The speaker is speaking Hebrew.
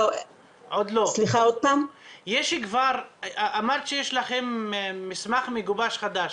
אמרת שיש לכם מסמך מגובש חדש,